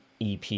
EP